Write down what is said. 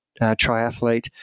triathlete